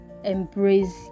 embrace